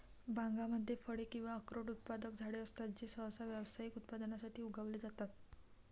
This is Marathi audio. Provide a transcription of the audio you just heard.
बागांमध्ये फळे किंवा अक्रोड उत्पादक झाडे असतात जे सहसा व्यावसायिक उत्पादनासाठी उगवले जातात